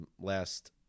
last